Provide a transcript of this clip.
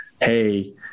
Hey